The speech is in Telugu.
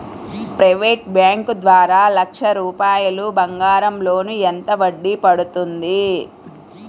ప్రైవేట్ బ్యాంకు ద్వారా లక్ష రూపాయలు బంగారం లోన్ ఎంత వడ్డీ పడుతుంది?